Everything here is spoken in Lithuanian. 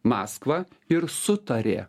maskvą ir sutarė